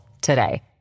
today